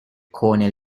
cornell